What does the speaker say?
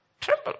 tremble